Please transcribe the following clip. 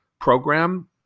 program